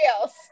else